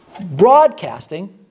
broadcasting